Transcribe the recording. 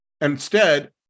Instead-